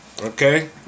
okay